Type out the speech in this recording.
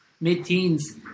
mid-teens